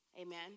Amen